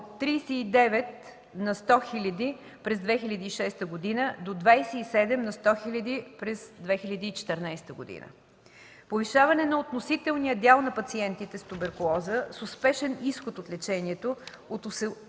от 39/100,000 през 2006 г. дo 27/100,000 през 2014 г.; - повишаване на относителния дял на пациентите с туберкулоза с успешен изход от лечението